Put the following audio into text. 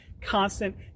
constant